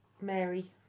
Mary